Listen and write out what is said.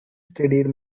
studied